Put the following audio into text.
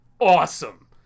awesome